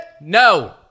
No